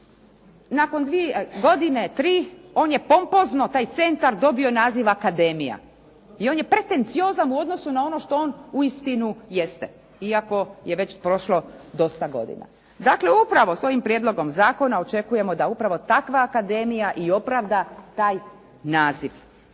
Nakon dvije godine, tri on je pompozno taj centar dobio naziv akademija i on je pretenciozan u odnosu na ono što on uistinu jeste iako je već prošlo dosta godina. Dakle upravo s ovim prijedlogom zakona očekujemo da upravo takva akademija i opravda taj naziv